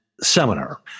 seminar